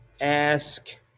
ask